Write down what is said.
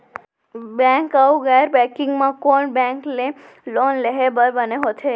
Bank अऊ गैर banking म कोन बैंक ले लोन लेहे बर बने होथे?